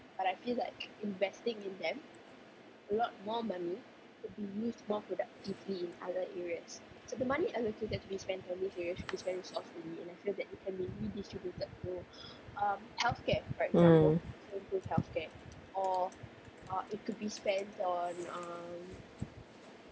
mm